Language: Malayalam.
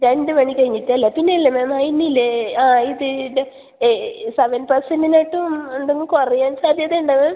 രണ്ട് മണി കഴിഞ്ഞിട്ടല്ലേ പിന്നെ ഇല്ലേ മാം അതിനില്ലേ ആ ഇത് ഇത് ഈ സെവൻ പേർസെന്റേജിലോട്ടും എന്തെങ്കിലും കുറയാൻ സാധ്യത ഉണ്ടോ മാം